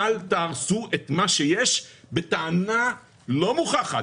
אל תהרסו את מה שיש בטענה לא מוכחת